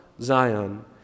Zion